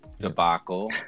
debacle